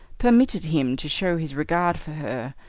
permitted him to show his regard for her,